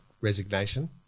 resignation